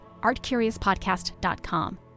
ArtCuriousPodcast.com